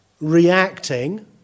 reacting